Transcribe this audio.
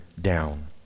down